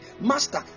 Master